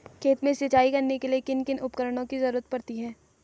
खेत में सिंचाई करने के लिए किन किन उपकरणों की जरूरत पड़ती है?